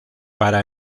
para